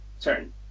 turn